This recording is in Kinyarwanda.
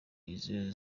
inzu